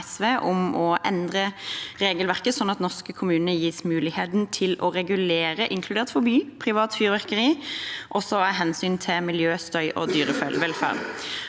om å endre regelverket sånn at norske kommuner gis muligheten til å regulere, inkludert forby, privat bruk av fyrverkeri, også av hensyn til miljø, støy og dyrevelferd.